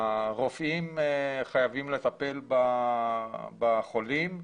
הרופאים חייבים לטפל בחולים,